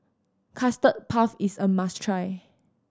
Custard Puff is a must try